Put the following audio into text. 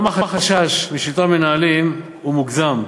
גם החשש משלטון מנהלים הוא מוגזם.